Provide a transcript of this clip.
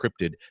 encrypted